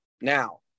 now